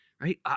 right